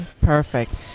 Perfect